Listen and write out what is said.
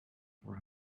for